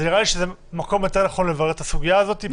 נראה לי שזה מקום יותר נכון לברר את הסוגיה הזאת.